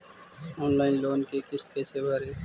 Online loan के किस्त कैसे भरे?